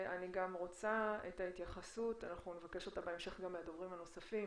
אני רוצה גם התייחסות ונבקש אותה בהמשך גם מהדוברים הנוספים